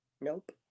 Nope